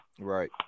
Right